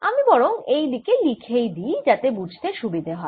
আমি বরং এই দিকে লিখেই দিই যাতে বুঝতে সুবিধে হয়